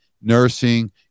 nursing